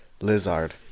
Lizard